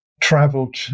traveled